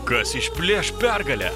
kas išplėš pergalę